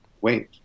wait